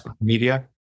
media